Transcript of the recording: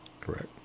Correct